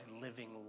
living